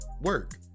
work